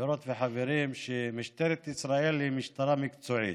חברות וחברים, שמשטרת ישראל היא משטרה מקצועית.